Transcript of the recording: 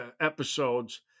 episodes